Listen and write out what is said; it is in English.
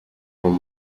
from